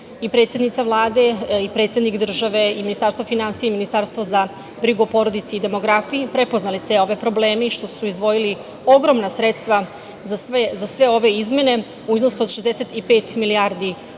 i predsednica Vlade i predsednik države i Ministarstvo finansija i Ministarstvo za brigu o porodici i demografiji prepoznali sve ove probleme i što su izdvojili ogromna sredstva za sve ove izmene u iznosu od 65 milijardi na